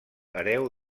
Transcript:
hereu